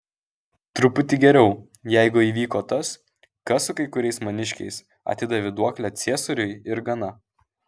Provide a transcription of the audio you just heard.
truputį geriau jeigu įvyko tas kas su kai kuriais maniškiais atidavė duoklę ciesoriui ir gana